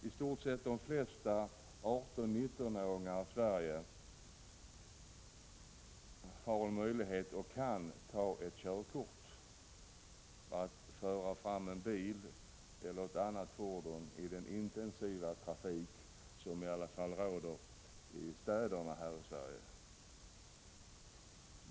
I stort sett de flesta 18-19-åringar i Sverige har möjlighet och kan ta ett körkort för att därmed ha rätt att föra fram en bil eller ett annat fordon i den intensiva trafik som i alla fall råder i städerna i Sverige.